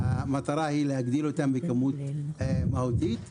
המטרה להגדיל את זה בצורה מהותית.